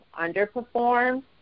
underperformed